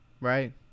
right